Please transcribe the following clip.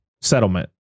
settlement